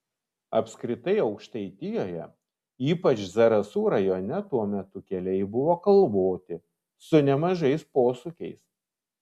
apskritai aukštaitijoje ypač zarasų rajone tuo metu keliai buvo kalvoti su nemažais posūkiais